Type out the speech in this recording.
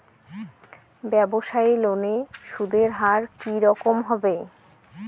ব্যবসায়ী লোনে সুদের হার কি রকম হবে?